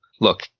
Look